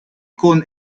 con